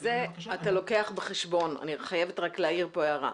אני חייבת להעיר הערה.